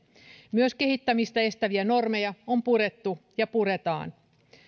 myös kehittämistä estäviä normeja on purettu ja puretaan